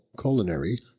culinary